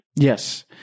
Yes